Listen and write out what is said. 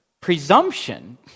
Presumption